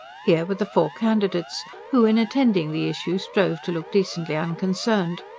here were the four candidates, who, in attending the issue, strove to look decently unconcerned.